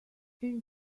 une